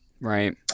Right